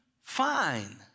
fine